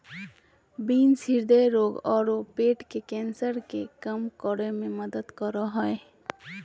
beans हृदय रोग आरो पेट के कैंसर के कम करे में मदद करो हइ